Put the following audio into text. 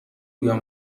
بیام